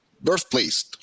birthplace